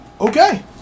Okay